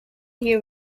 here